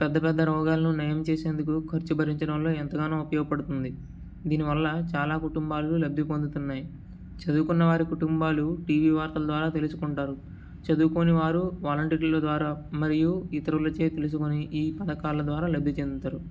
పెద్ద పెద్ద రోగాలను నయం చేసేందుకు ఖర్చు భరించడంలో ఎంతగానో ఉపయోగపడుతుంది దీనివల్ల చాలా కుటుంబాలు లబ్ధి పొందుతున్నాయి చదువుకున్న వాళ్ళ కుటుంబాలు టీవీ వార్తల ద్వారా తెలుసుకుంటారు చదువుకోని వాళ్ళు వాలంటీర్ల ద్వారా మరియు ఇతరులచే తెలుసుకుని ఈ పథకాల ద్వారా లబ్ధిచెందుతారు